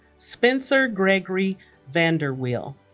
spencer gregory van der weele